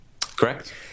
Correct